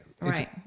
right